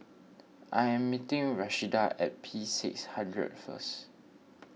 I am meeting Rashida at P S hundred first